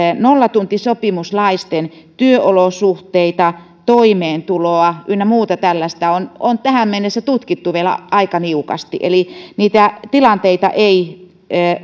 nollatuntisopimuslaisten työolosuhteita toimeentuloa ynnä muuta tällaista on on tähän mennessä tutkittu vielä aika niukasti eli niitä tilanteita ei